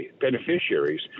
beneficiaries